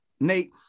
Nate